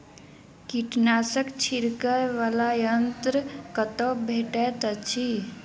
कीटनाशक छिड़कअ वला यन्त्र कतौ भेटैत अछि?